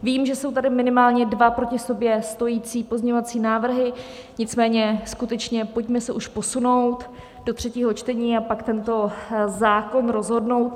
Vím, že jsou tady minimálně dva proti sobě stojící pozměňovací návrhy, nicméně skutečně pojďme se už posunout do třetího čtení a pak tento zákon rozhodnout.